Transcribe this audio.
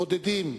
בודדים,